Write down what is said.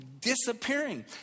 disappearing